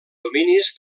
dominis